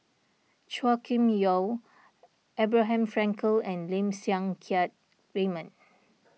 Chua Kim Yeow Abraham Frankel and Lim Siang Keat Raymond